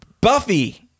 Buffy